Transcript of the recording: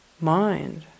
mind